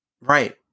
Right